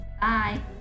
Bye